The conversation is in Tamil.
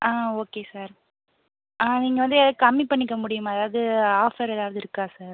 ஆ ஓகே சார் நீங்கள் வந்து ஏதாவது கம்மி பண்ணிக்க முடியுமா ஏதாவது ஆஃபர் ஏதாவது இருக்கா சார்